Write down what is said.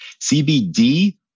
CBD